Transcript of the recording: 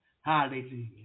Hallelujah